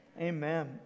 amen